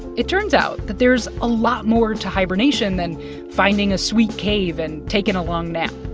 it turns out that there's a lot more to hibernation than finding a sweet cave and taking a long nap.